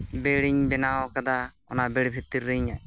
ᱵᱮᱲ ᱤᱧ ᱵᱮᱱᱟᱣ ᱠᱟᱫᱟ ᱚᱱᱟ ᱵᱮᱲ ᱵᱷᱤᱛᱤᱨ ᱨᱤᱧ